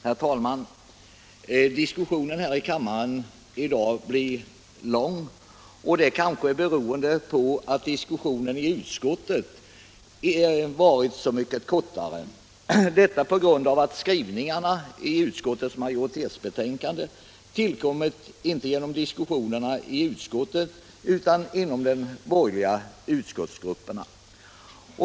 Herr talman! Diskussionen här i kammaren i dag blir lång, och det kanske beror på att diskussionen i utskottet var så mycket kortare. Skrivningarna i majoritetsbetänkandet har tillkommit, inte genom diskussionerna i utskottet utan inom den borgerliga utskottsgruppen.